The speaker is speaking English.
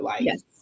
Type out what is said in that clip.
Yes